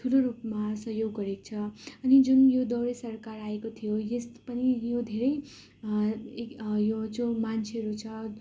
ठुलो रूपमा सहयोग गरेको छ अनि जुन यो दुवारे सरकार आएको थियो यस पनि यो धेरै एक यो जो मान्छेहरू छ